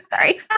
Sorry